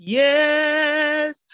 yes